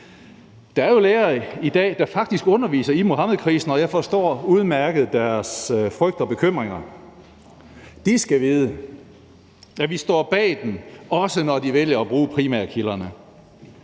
Der er jo lærere i dag, der faktisk underviser i Muhammedkrisen, og jeg forstår udmærket deres frygt og bekymringer. De skal vide, at vi står bag dem, også når de vælger at bruge primærkilderne.